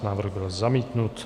Návrh byl zamítnut.